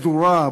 סדורה,